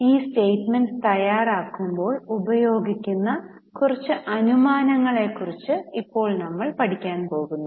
ഈ സ്റ്റെമെന്റ്സ് തയ്യാറാക്കുമ്പോൾ ഉപയോഗിക്കുന്ന അനുമാനങ്ങളെക്കുറിച്ച് ഇപ്പോൾ നമ്മൾ പഠിക്കാൻ പോകുന്നു